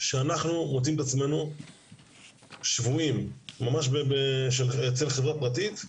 כך שאנחנו מוצאים את עצמנו שבויים של חברה פרטית,